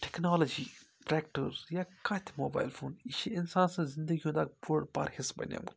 technology tractors یا کانٛہہ تہِ موبایل فوٗن یہِ چھِ اِنسان سٕنٛزۍ زندگی ہُنٛد اَکھ بوٚڑ بارٕ حِصہٕ بَنیومُت